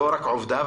לא רק עובדיו,